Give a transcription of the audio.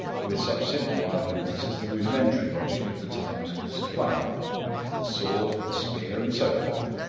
with such simple arguments as the rudimentary logic of the times could supply the sword, the spear, and so forth.